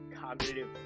cognitive